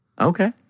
Okay